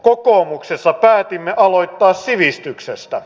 kokoomuksessa päätimme aloittaa sivistyksestä